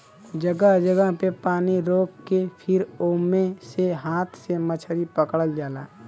जगह जगह पे पानी रोक के फिर ओमे से हाथ से मछरी पकड़ल जाला